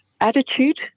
attitude